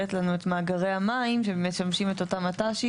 לנו את מאגרי המים שמשמים את אותם מט"שים,